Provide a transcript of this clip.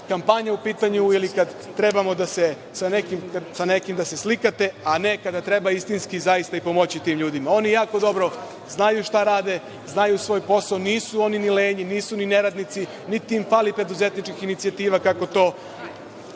kampanja u pitanju i kada trebate sa nekim da se slikate, a ne kada im treba istinski i zaista pomoći. Oni jako dobro znaju šta rade, znaju svoj posao. Nisu oni ni lenji, nisu ni neradnici, niti im fali preduzetničkih inicijativa, kako to